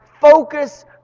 Focus